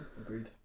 agreed